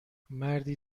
مردی